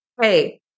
hey